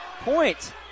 point